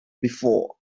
before